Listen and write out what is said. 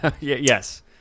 yes